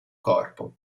corpo